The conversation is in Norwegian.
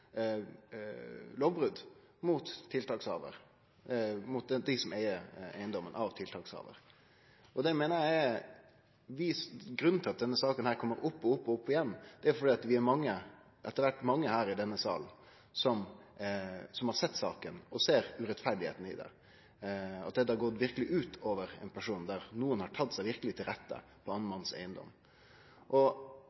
tiltakshavar mot dei som eig eigedomen. Grunnen til at denne saka kjem opp igjen gong på gong, er at vi etter kvart er mange her i denne salen som har sett saka, og ser det urettferdige i det, at dette har gått verkeleg ut over ein person, og at nokon har tatt seg verkeleg til rette på